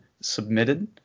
submitted